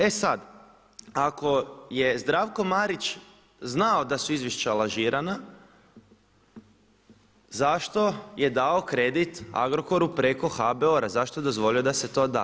E sad, ako je Zdravko Marić znao da su izvješća lažirana, zašto je dao kredit Agrokoru preko HBOR-a, zašto je dozvolio da se to da?